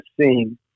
scene